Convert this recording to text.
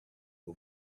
her